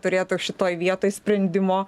turėtų šitoj vietoj sprendimo